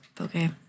Okay